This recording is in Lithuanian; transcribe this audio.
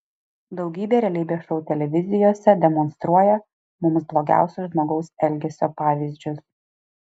daugybė realybės šou televizijose demonstruoja mums blogiausius žmogaus elgesio pavyzdžius